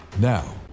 Now